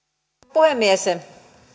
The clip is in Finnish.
puhemies